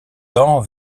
tend